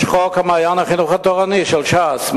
יש חוק "מעיין החינוך התורני" של ש"ס,